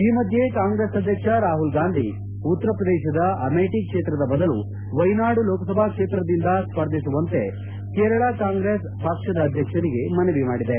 ಈ ಮಧ್ಯೆ ಕಾಂಗ್ರೆಸ್ ಅಧ್ಯಕ್ಷ ರಾಹುಲ್ ಗಾಂಧಿ ಉತ್ತರ ಪ್ರದೇಶದ ಅಮೇಶಿ ಕ್ಷೇತ್ರದ ಬದಲು ವೈಯನಾಡು ಲೋಕಸಭಾ ಕ್ಷೇತ್ರದಿಂದ ಸ್ಪರ್ಧಿಸುವಂತೆ ಕೇರಳ ಕಾಂಗ್ರೆಸ್ ಪಕ್ಷದ ಅಧ್ಯಕ್ಷರಿಗೆ ಮನವಿ ಮಾಡಿದೆ